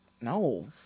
no